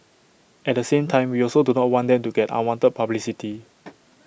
at the same time we also do not want them to get unwanted publicity